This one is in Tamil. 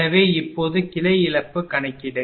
எனவே இப்போது கிளை இழப்பு கணக்கீடு